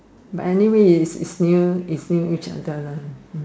but anyway it's it's near it's near each other lah